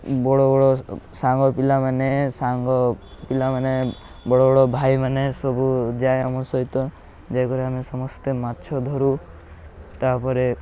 ବଡ଼ ବଡ଼ ସାଙ୍ଗ ପିଲାମାନେ ସାଙ୍ଗ ପିଲାମାନେ ବଡ଼ ବଡ଼ ଭାଇମାନେ ସବୁ ଯାଏ ଆମ ସହିତ ଯାଇକରି ଆମେ ସମସ୍ତେ ମାଛ ଧରୁ ତାପରେ